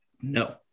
No